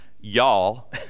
y'all